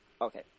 okay